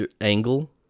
angle